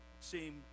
seem